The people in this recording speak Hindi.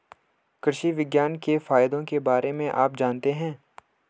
कृषि विज्ञान के फायदों के बारे में आप जानते हैं?